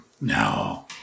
no